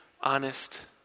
honest